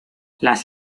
las